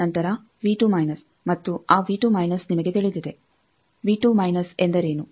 ನಂತರ ಮತ್ತು ಆ ನಿಮಗೆ ತಿಳಿದಿದೆ ಎಂದರೇನು